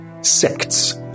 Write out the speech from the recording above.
Sects